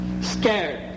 scared